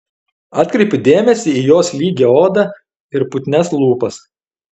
atkreipiu dėmesį į jos lygią odą ir putnias lūpas